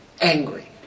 angry